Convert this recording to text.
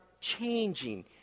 changing